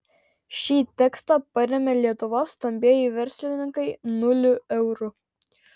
šį tekstą parėmė lietuvos stambieji verslininkai nuliu eurų